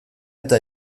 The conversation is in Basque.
eta